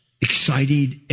excited